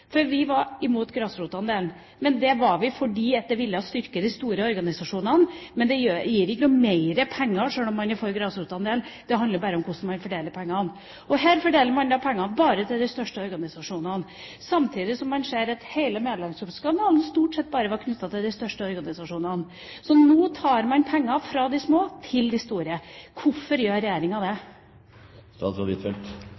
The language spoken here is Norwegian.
Vi var imot grasrotandelen, men det var vi fordi det ville styrke de store organisasjonene. Det gir ikke noe mer penger sjøl om man er for grasrotandelen, det handler bare om hvordan man fordeler pengene. Og her fordeler man da pengene bare til de største organisasjonene, samtidig som man ser at hele medlemsjuksskandalen stort sett bare var knyttet til de største organisasjonene. Så nå tar man penger fra de små til de store. Hvorfor gjør regjeringa